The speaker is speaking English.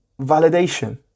validation